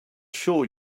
sure